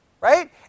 Right